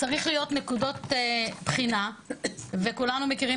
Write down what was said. צריך להיות נקודות בחינה וכולנו מכירים